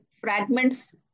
fragments